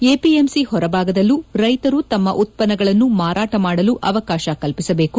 ಎಪಿಎಂಸಿಗಳ ಹೊರಭಾಗದಲ್ಲೂ ರೈತರು ತಮ್ಮ ಉತ್ಪನ್ನಗಳನ್ನು ಮಾರಾಟ ಮಾಡಲು ಅವಕಾಶ ಕಲ್ಪಿಸಬೇಕು